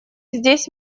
здесь